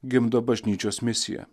gimdo bažnyčios misiją